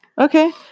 okay